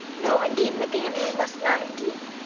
no indeed, madam. you must not indeed.